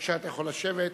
בבקשה, אתה יכול לשבת.